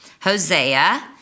Hosea